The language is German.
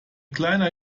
kleiner